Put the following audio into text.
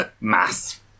mass